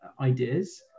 ideas